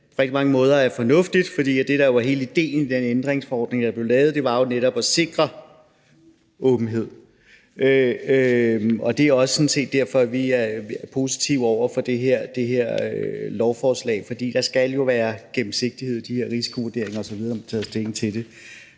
på rigtig mange måder er fornuftigt, for det, der jo var hele idéen i den ændringsforordning, der blev lavet, var jo netop at sikre åbenhed. Det er sådan set også derfor, at vi er positive over for det her lovforslag. Der skal jo være gennemsigtighed i de her risikovurderinger osv.,